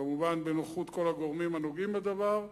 כמובן בנוכחות כל הגורמים הנוגעים בדבר.